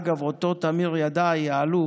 אגב, אותו תמיר ידעי, האלוף,